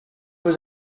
was